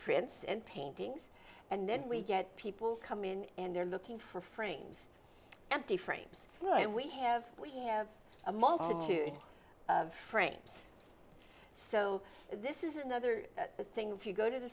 prints and paintings and then we get people come in and they're looking for frames empty frames and we have we have a multitude of frames so this is another thing if you go to the